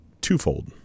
Twofold